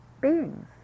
beings